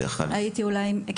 יכול להיות שהיית -- כן,